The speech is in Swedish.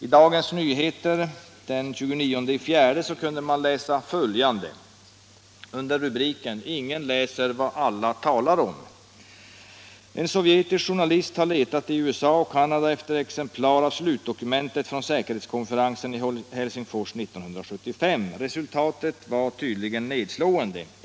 I Dagens Nyheter den 29 april kunde man läsa följande, under rubriken ”Ingen kan läsa vad alla talar om”: ”En sovjetisk journalist har letat i USA och Kanada efter exemplar av slutdokumentet från säkerhetskonferensen i Helsingfors 1975. Resultatet var tydligen nedslående.